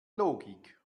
logik